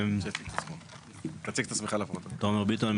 תומר ביטון,